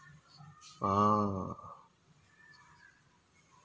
a'ah